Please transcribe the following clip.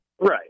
Right